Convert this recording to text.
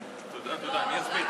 תודה, תודה, אני אזמין.